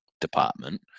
department